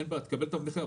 אין בעיה, תקבל תו נכה.